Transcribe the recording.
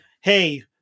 Hey